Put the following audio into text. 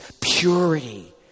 purity